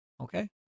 Okay